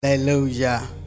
Hallelujah